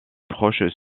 proches